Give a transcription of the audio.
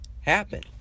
happen